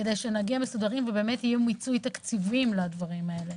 כדי שנגיע מסודרים ושיהיה מיצוי תקציבי לדברים האלה.